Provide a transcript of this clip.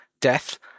death